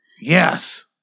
Yes